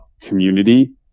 community